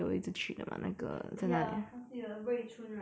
ya 我记得瑞春 right swee choon